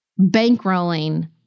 bankrolling